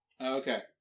Okay